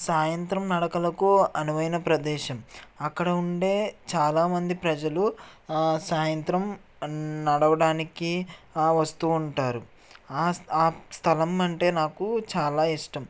సాయంత్రం నడకలకు అనువైన ప్రదేశం అక్కడ ఉండే చాలా మంది ప్రజలు సాయంత్రం నడవడానికి వస్తూ ఉంటారు ఆ స్థలం అంటే నాకు చాలా ఇష్టం